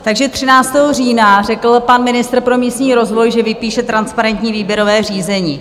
Takže 13. října řekl pan ministr pro místní rozvoj, že vypíše transparentní výběrové řízení.